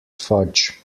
fudge